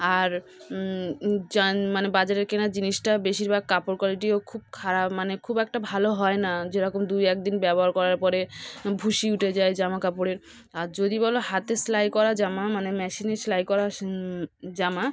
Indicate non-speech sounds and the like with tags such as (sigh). আর জান (unintelligible) মানে বাজারের কেনা জিনিসটা বেশিরভাগ কাপড় কোয়ালিটিও খুব খারাপ মানে খুব একটা ভালো হয় না যেরকম দু একদিন ব্যবহার করার পরে ভুসি উঠে যায় জামা কাপড়ের আর যদি বলো হাতে সেলাই করা জামা মানে মেশিনে সেলাই করা জামা